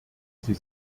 sie